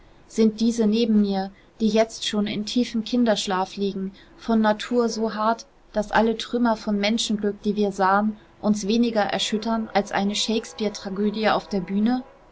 sind diese neben mir die jetzt schon in tiefem kinderschlaf liegen von natur so hart daß alle trümmer von menschenglück die wir sahen uns weniger erschüttern als eine shakespeare tragödie auf der bühne